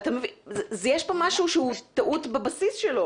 יש פה משהו שהוא טעות בבסיס שלו